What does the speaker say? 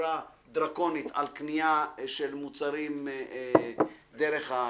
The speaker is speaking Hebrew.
בצורה דרקונית על קנייה של מוצרים דרך האינטרנט.